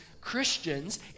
Christians